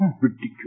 Ridiculous